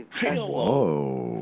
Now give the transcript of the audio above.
Whoa